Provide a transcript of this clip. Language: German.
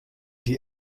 die